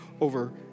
over